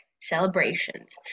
celebrations